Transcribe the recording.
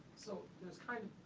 so it was kind of